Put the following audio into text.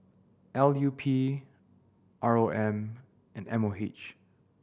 L U P R O M and M O H